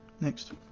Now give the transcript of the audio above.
Next